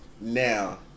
Now